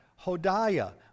Hodiah